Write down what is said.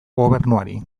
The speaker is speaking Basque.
gobernuari